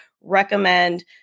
recommend